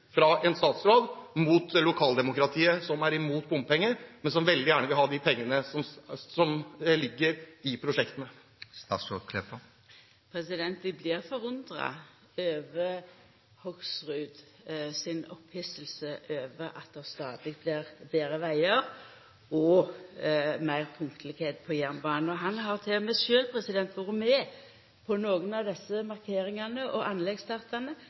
fra en statsråd mot lokaldemokratiet, som er imot bompenger, men som veldig gjerne vil ha de pengene som ligger i prosjektene. Eg blir forundra over Hoksrud si opphissing over at det stadig blir betre vegar og meir punktlegheit på jernbane. Han har til og med sjølv vore med på nokre av desse markeringane og